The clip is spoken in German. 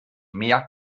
mehr